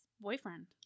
boyfriend